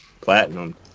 platinum